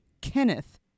Kenneth